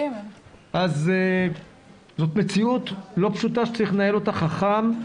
אז זאת מציאות לא פשוטה שצריך לנהל אותה חכם.